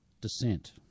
descent